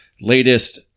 latest